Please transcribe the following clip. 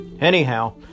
Anyhow